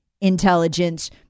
intelligence